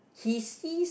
he sees